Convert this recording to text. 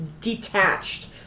detached